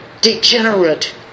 degenerate